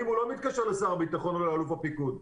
הוא לא מתקשר לשר הביטחון או לאלוף הפיקוד,